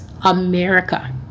America